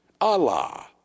Allah